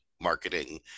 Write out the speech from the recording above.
marketing